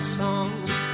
songs